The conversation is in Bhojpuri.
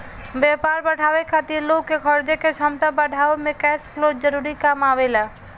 व्यापार बढ़ावे खातिर लोग के खरीदे के क्षमता बढ़ावे में कैश फ्लो जरूरी काम करेला